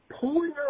pulling